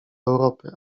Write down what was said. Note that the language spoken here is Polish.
europy